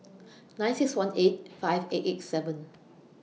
nine six one eight five eight eight seven